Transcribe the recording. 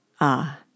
Ah